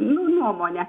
nu nuomonę